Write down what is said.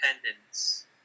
independence